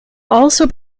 also